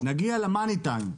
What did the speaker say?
נגיע למאני טיים.